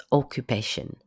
occupation